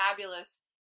fabulous